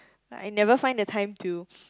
like I never find the time to